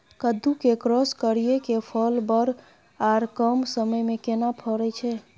कद्दू के क्रॉस करिये के फल बर आर कम समय में केना फरय छै?